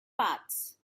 parts